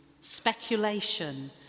speculation